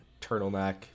turtleneck